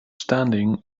standing